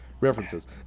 References